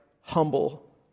humble